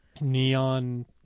neon